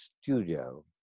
studio